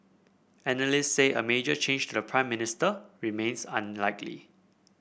analyst say a major change to the Prime Minister remains unlikely